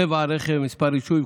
צבע הרכב, מספר רישוי.